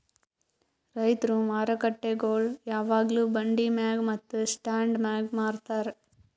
ರೈತುರ್ ಮಾರುಕಟ್ಟೆಗೊಳ್ ಯಾವಾಗ್ಲೂ ಬಂಡಿ ಮ್ಯಾಗ್ ಮತ್ತ ಸ್ಟಾಂಡ್ ಮ್ಯಾಗ್ ಮಾರತಾರ್